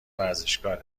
ورزشکاره